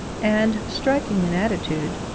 and, striking an attitude,